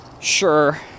sure